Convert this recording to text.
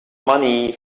money